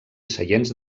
seients